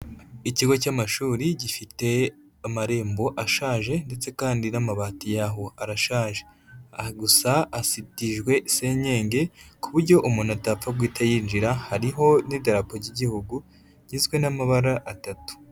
Ikigo cy'amashuri gifite amarembo ashaje ndetse kandi n'amabati yaho arashaje. Aha gusa azitijwe senyenge ku buryo umuntu atapfa guhita yinjira, hariho n'idarapo ry'igihugu rigizwe n'amabara atatu.